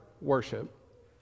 worship